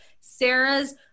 Sarah's